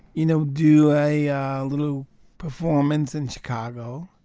you know, do a little performance in chicago